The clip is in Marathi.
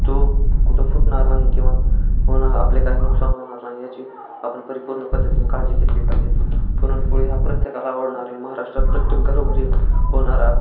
ती कुठं फुटणार नाही किंवा होन आपले काही नुकसान होणार नाही याची आपण परिपूर्ण पद्धतीने काळजी घेतली पाहिजे पुरणपोळी हा प्रत्येकाला आवडणारे महाराष्ट्रात प्रत्येक घरोघरी होणारा